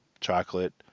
chocolate